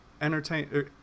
entertain